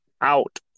out